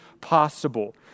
possible